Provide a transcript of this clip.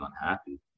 unhappy